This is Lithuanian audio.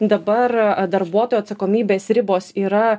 dabar darbuotojo atsakomybės ribos yra